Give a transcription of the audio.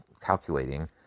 calculating